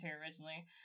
originally